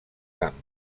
camp